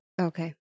Okay